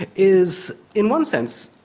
and is in one sense,